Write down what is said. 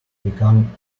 become